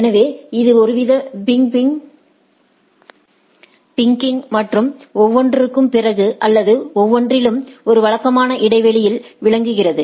எனவே இது ஒருவிதமான பிங்கிங் மற்றும் ஒவ்வொன்றிற்கும் பிறகு அல்லது ஒவ்வொன்றிலும் ஒரு வழக்கமான இடைவெளியில் விளங்குகிறது